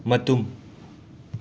ꯃꯇꯨꯝ